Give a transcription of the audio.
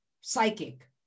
psychic